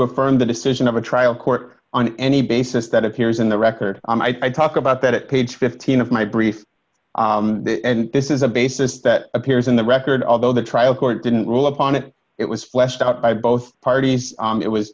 affirm the decision of a trial court on any basis that appears in the record i talk about that it paid fifteen of my briefs and this is a basis that appears in the record although the trial court didn't rule upon it it was fleshed out by both parties it was